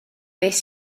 beth